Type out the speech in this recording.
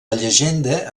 llegenda